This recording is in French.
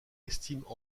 estiment